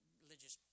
religious